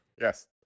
Yes